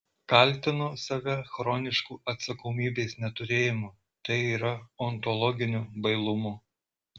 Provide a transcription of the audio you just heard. kaltinu save chronišku atsakomybės neturėjimu tai yra ontologiniu bailumu